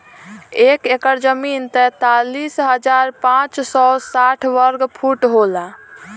एक एकड़ जमीन तैंतालीस हजार पांच सौ साठ वर्ग फुट होला